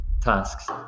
tasks